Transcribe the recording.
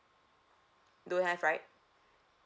don't have right